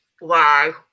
wow